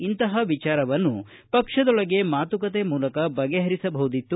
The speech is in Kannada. ಇಂತಹ ವಿಚಾರವನ್ನು ಪಕ್ಷದೊಳಗೆ ಮಾತುಕತೆ ಮೂಲಕ ಬಗೆಹರಿಸಬಹುದಿತ್ತು